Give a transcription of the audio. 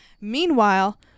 Meanwhile